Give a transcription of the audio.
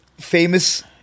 famous